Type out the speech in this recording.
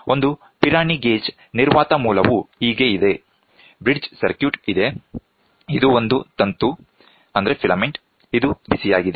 ಆದ್ದರಿಂದ ಒಂದು Pirani gauge ನಿರ್ವಾತ ಮೂಲವು ಹೀಗೆ ಇದೆ ಬ್ರಿಡ್ಜ್ ಸರ್ಕ್ಯೂಟ್ ಇದೆ ಇದು ಒಂದು ತಂತು ಇದು ಬಿಸಿಯಾಗಿದೆ